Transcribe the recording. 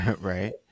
right